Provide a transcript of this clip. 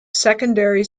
secondary